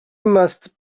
must